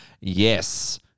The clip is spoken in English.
Yes